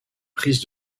prise